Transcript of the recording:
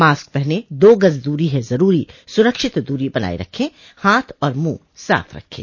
mask पहनें दो गज़ दूरी है ज़रूरी सुरक्षित दूरी बनाए रखें हाथ और मुंह साफ़ रखें